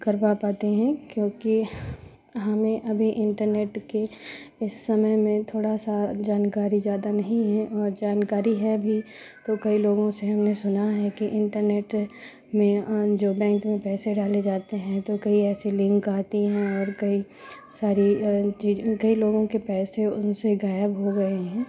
करवा पाते हैं क्योंकि हमें अभी इंटरनेट के इस समय में थोड़ा सा जानकारी ज़्यादा नहीं हैं और जानकारी है भी तो कई लोगों से हमने सुना है कि इंटरनेट में जो बैंक में पैसे डाले जाते हैं तो कई ऐसे लिंक आती हैं और कई सारी चीज़ कई लोगों के पैसे उनसे गायब हो गए हैं